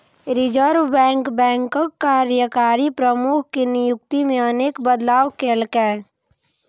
reserve bank बैंकक कार्यकारी प्रमुख के नियुक्ति मे अनेक बदलाव केलकै